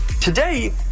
Today